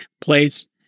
place